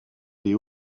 des